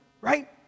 right